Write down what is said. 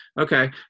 Okay